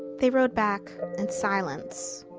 they rode back in silence.